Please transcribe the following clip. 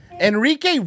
Enrique